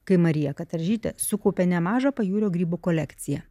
kai marija kataržytė sukaupė nemažą pajūrio grybų kolekciją